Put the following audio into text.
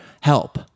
help